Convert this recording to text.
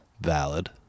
Valid